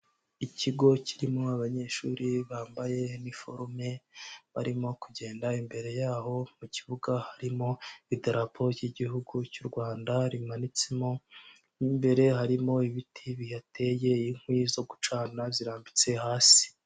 Ikigo kirimo abanyeshuri bambaye iforume, barimo kugenda, imbere yaho mu kibuga harimo idarapo ry'Igihugu cy'u Rwanda rimanitsemo, mo imbere harimo ibiti bihateye, inkwi zo gucana zirambitse hasi.